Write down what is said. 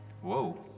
Whoa